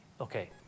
Okay